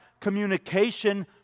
communication